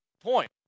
point